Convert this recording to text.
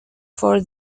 for